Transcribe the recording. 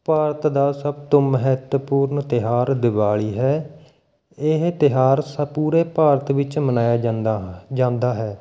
ਭਾਰਤ ਦਾ ਸਭ ਤੋਂ ਮਹੱਤਵਪੂਰਨ ਤਿਉਹਾਰ ਦਿਵਾਲੀ ਹੈ ਇਹ ਤਿਉਹਾਰ ਪੂਰੇ ਭਾਰਤ ਵਿੱਚ ਮਨਾਇਆਂ ਜਾਂਦਾ ਜਾਂਦਾ ਹੈ